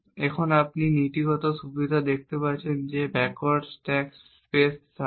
এখন আপনি নীতিগত সুবিধা দেখতে পাচ্ছেন যে ব্যাকওয়ার্ড স্ট্যাক স্পেস সার্চ